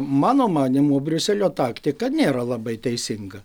mano manymu briuselio taktika nėra labai teisinga